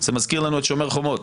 זה מזכיר לנו את שומר חומות.